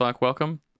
welcome